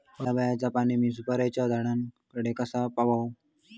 हया बायचा पाणी मी सुपारीच्या झाडान कडे कसा पावाव?